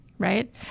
Right